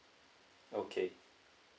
okay